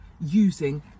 using